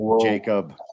Jacob